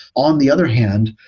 on the other hand,